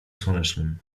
słonecznym